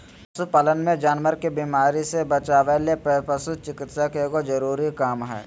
पशु पालन मे जानवर के बीमारी से बचावय ले पशु चिकित्सा एगो जरूरी काम हय